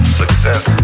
success